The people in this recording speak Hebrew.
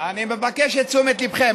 אני מבקש את תשומת ליבכם.